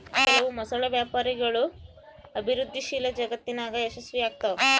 ಕೆಲವು ಮೊಸಳೆ ವ್ಯಾಪಾರಗಳು ಅಭಿವೃದ್ಧಿಶೀಲ ಜಗತ್ತಿನಾಗ ಯಶಸ್ವಿಯಾಗ್ತವ